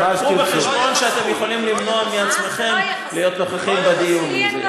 רק תביאו בחשבון שאתם יכולים למנוע מעצמכם להיות נוכחים בדיון.